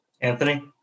Anthony